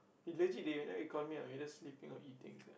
if legit they at night they call me I'm either sleeping or eating sia